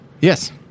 Yes